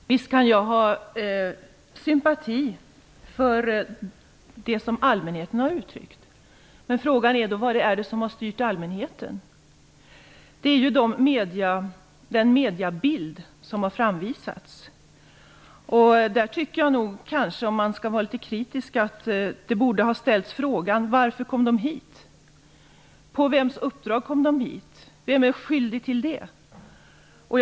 Fru talman! Visst kan jag ha sympati för det som allmänheten har uttryckt. Men frågan är då: Vad är det som har styrt allmänheten? Det är den mediebild som har uppvisats. Om man skall vara litet kritisk tycker jag nog att man borde ha ställt frågan: Varför kom hästarna hit? På vems uppdrag kom de hit? Vem är skyldig till detta?